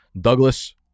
Douglas